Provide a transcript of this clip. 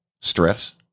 stress